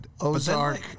Ozark